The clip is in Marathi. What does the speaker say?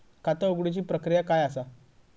खाता उघडुची प्रक्रिया काय असा?